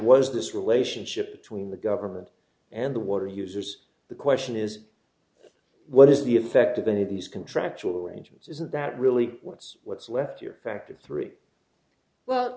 was this relationship between the government and the water users the question is what is the effect of any of these contractual arrangements is that really what's what's with your factor three well